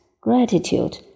gratitude